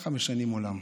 ככה משנים עולם.